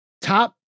top